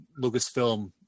Lucasfilm